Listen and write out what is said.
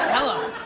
hello?